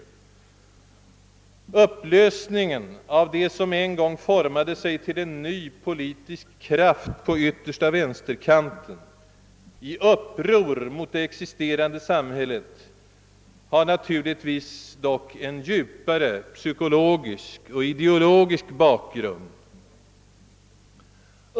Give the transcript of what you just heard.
Men upplösningen av det som en gång såg ut att forma sig till en ny politisk kraft på yttersta vänsterkanten i uppror mot det existerande samhället har naturligtvis en djupare psykologisk och ideologisk bakgrund.